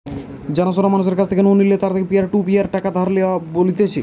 জানা শোনা মানুষের কাছ নু ধার নিলে তাকে পিয়ার টু পিয়ার টাকা ধার দেওয়া বলতিছে